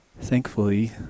thankfully